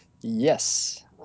Yes